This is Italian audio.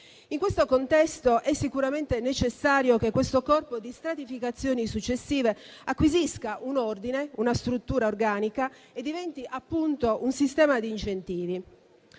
In questo contesto, è sicuramente necessario che questo corpo di stratificazioni successive acquisisca un ordine, una struttura organica e diventi appunto un sistema di incentivi.